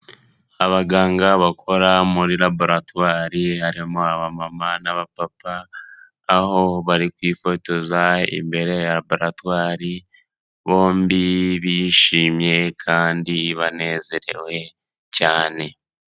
Abaganga bakora muri raboratwari harimo abamama n'abapapa ,aho bari kwifotoza imbere ya raboratwari ,bombi bishimye kandi banezerewe cyane.